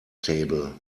table